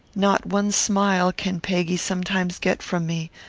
not one smile can peggy sometimes get from me,